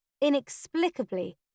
inexplicably